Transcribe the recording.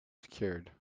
secured